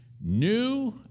New